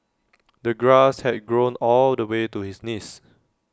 the grass had grown all the way to his knees